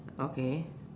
okay